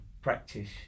practice